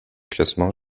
classement